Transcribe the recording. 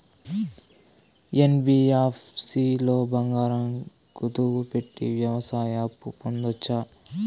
NBFC లో బంగారం కుదువు పెట్టి వ్యవసాయ అప్పు పొందొచ్చా?